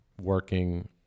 working